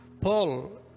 Paul